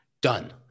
done